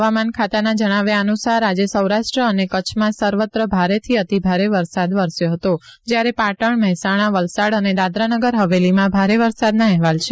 હવામાન ખાતાના જણાવ્યા અનુસાર આજે સૌરાષ્ટ્ર અને કચ્છમાં સર્વત્ર ભારેથી અતિભારે વરસાદ વરસ્યો હતો જ્યારે પાટણ મહેસાણા વલસાડ અને દાદરાનગર હવેલીમાં ભારે વરસાદના અહેવાલ છે